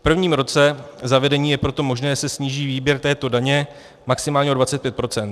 V prvním roce zavedení je proto možné, že se sníží výběr této daně maximálně o 25 %.